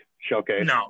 showcase